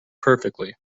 perfectly